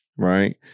right